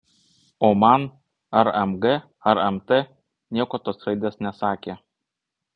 o man ar mg ar mt nieko tos raidės nesakė